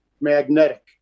magnetic